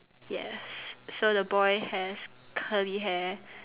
yes so the boy has curly hair